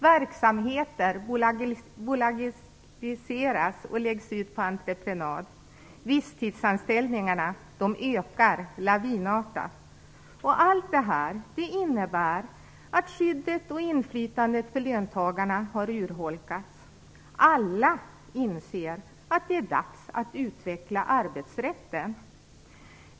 Verksamheter bolagiseras och läggs ut på entreprenad. Visstidsanställningarna ökar lavinartat. Allt det här innebär att skyddet och inflytandet för löntagarna har urholkats. Alla inser att det är dags att utveckla arbetsrätten.